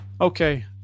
okay